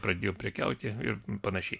pradėjo prekiauti ir panašiai